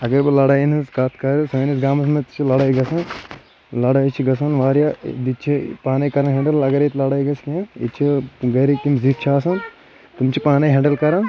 اَگر بہٕ لڑاین ہٕنٛز کَتھ کَرٕ سٲنِس گامَس منٛز تہِ چھِ لڑایہِ گژھان لڑٲے چھِ گژھان واریاہ یتہِ چھِ پانے کَران ہیٚنٛدٕل اَگر ییٚتہِ لڑٲے گژھِ ییٚتہِ چھِ گرِکۍ یِم زِیٹھ چھِ آسان تِم چھِ پانے ہیٚنٛڈٕل کَران